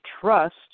trust